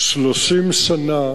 30 שנה